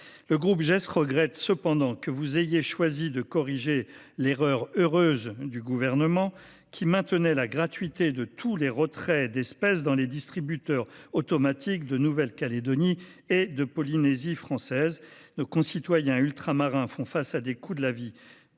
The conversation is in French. Territoires regrette toutefois que vous ayez choisi de corriger l’erreur heureuse du Gouvernement, lequel avait maintenu la gratuité de tous les retraits d’espèces dans les distributeurs automatiques de Nouvelle Calédonie et de Polynésie française. En effet, nos concitoyens ultramarins font face à des coûts de la vie